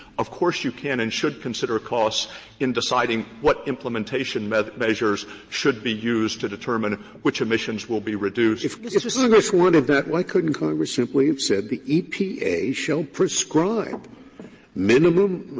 of course you can and should consider costs in deciding what implementation measures measures should be used to determine which emissions will be reduced. scalia if congress wanted that, why couldn't congress simply have said the epa shall prescribe minimum